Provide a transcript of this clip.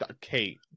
Kate